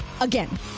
again